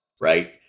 right